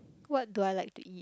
what do I like to eat